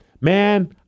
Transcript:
man